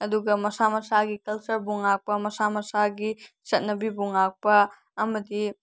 ꯑꯗꯨꯒ ꯃꯁꯥ ꯃꯁꯥꯒꯤ ꯀꯜꯆꯔꯕꯨ ꯉꯥꯛꯄ ꯃꯁꯥ ꯃꯁꯥꯒꯤ ꯆꯠꯅꯕꯤꯕꯨ ꯉꯥꯛꯄ ꯑꯃꯗꯤ